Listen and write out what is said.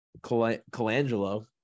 colangelo